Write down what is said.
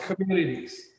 communities